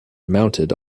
mounted